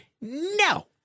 No